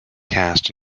cast